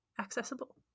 accessible